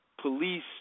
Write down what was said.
police